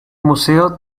museo